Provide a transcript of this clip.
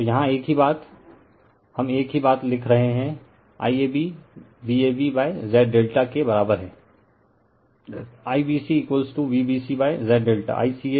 तो यहाँ एक ही बात हम एक ही बात लिख रहे हैं IAB VabZ∆ के बराबर हैं IBCVbcZ∆ ICAVcaZ ∆आल हैं